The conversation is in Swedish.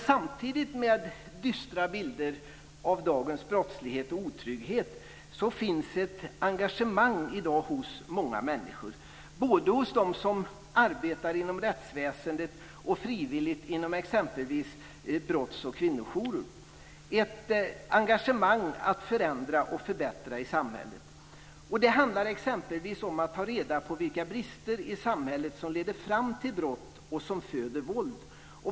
Samtidigt med dessa dystra bilder av dagens brottslighet och otrygghet finns i dag ett engagemang hos många människor. Det gäller både dem som arbetar inom rättsväsendet och dem som jobbar frivilligt inom exempelvis brotts och kvinnojourer. Det finns ett engagemang att förändra och förbättra i samhället. Det handlar exempelvis om att ta reda på vilka brister i samhället som leder fram till brott och som föder våld.